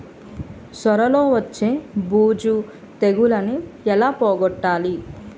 సొర లో వచ్చే బూజు తెగులని ఏల పోగొట్టాలి?